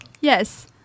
Yes